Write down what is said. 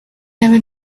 never